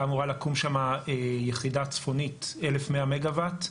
אמורה לקום שם יחידת צפונית 1,100 מגה וואט,